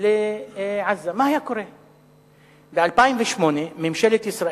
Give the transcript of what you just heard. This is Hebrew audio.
של מדינת ישראל לאחר המשט ולאחר התגובה של ישראל.